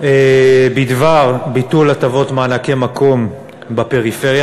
בדבר ביטול הטבות מענקי מקום בפריפריה.